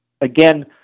again